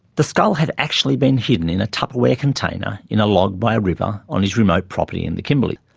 the skull had actually been hidden in a tupperware container in a log by a river on his remote property in the kimberley's.